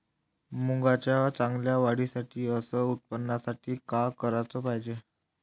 मुंगाच्या चांगल्या वाढीसाठी अस उत्पन्नासाठी का कराच पायजे?